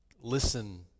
listen